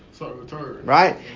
Right